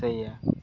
ସେୟା